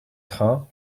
train